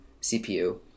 CPU